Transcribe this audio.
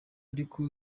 ariko